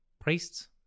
Priests